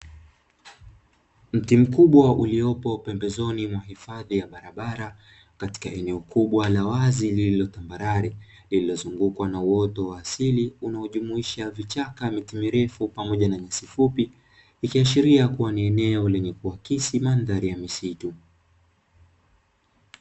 Mti mkubwa uliopo pembezoni mwa hifadhi ya barabara, katika eneo kubwa la wazi lenye tambarare, lililozungukwa na uoto wa asili unaojumuisha vichaka, miti mirefu pamoja na na nyasi fupi ikiashiria kuwa ni eneo lenye kuakisi mandhari ya misitu.